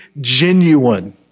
genuine